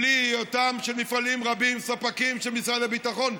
בלי היותם של מפעלים רבים ספקים של משרד הביטחון.